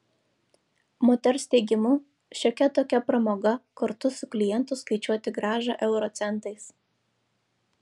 moters teigimu šiokia tokia pramoga kartu su klientu skaičiuoti grąžą euro centais